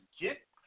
get